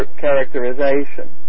characterization